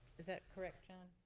is that correct john?